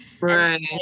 right